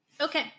Okay